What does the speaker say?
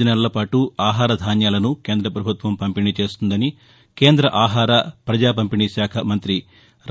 ర్ నెలలపాటు ఆహార ధాన్యాలను కేంద్ర పభుత్వం పంపిణీ చేస్తుందని కేంద్ర ఆహార పజా పంపిణీ శాఖ మంతి